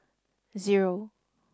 zero